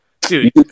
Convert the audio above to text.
dude